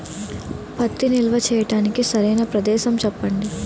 పత్తి నిల్వ చేయటానికి సరైన ప్రదేశం చెప్పండి?